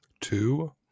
two